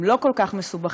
הם לא כל כך מסובכים,